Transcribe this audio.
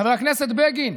חבר הכנסת בגין,